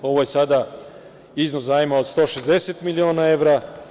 Ovo je sada iznos zajma od 160 miliona evra.